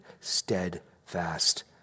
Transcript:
steadfast